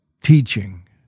teaching